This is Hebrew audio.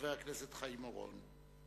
חבר הכנסת חיים אורון.